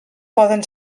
poden